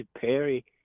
Perry